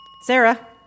Sarah